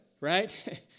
right